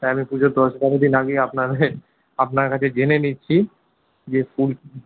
হ্যাঁ আমি পুজোর দশ বারো দিন আগে আমি আপনার হয়ে আপনার কাছে জেনে নিচ্ছি যে ফুল